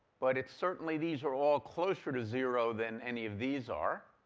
but it's certainly, these are all closer to zero than any of these are.